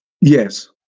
yes